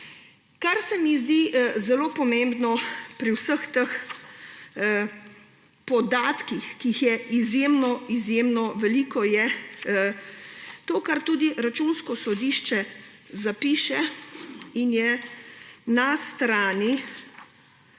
Kar se mi zdi zelo pomembno pri vseh teh podatkih, ki jih je izjemno veliko, je to, kar tudi na strani 39. Računsko sodišče zapiše, da na podlagi